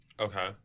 Okay